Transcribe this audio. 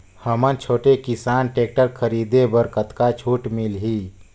हमन छोटे किसान टेक्टर खरीदे बर कतका छूट मिलही?